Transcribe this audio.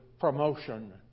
promotion